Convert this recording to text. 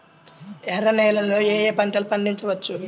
ఎర్ర నేలలలో ఏయే పంటలు పండించవచ్చు?